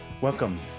Welcome